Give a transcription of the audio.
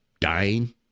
dying